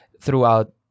throughout